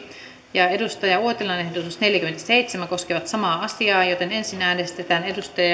ja antero laukkasen ehdotus kahdeksantoista koskevat samaa määrärahaa ensin äänestetään